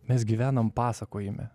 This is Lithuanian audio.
mes gyvenam pasakojime